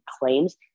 claims